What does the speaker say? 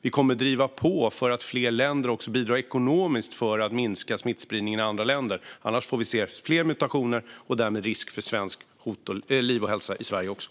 Vi kommer att driva på för att fler länder också ska bidra ekonomiskt för att minska smittspridningen i andra länder, annars får vi se fler mutationer och därmed risk för liv och hälsa även i Sverige.